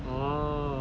orh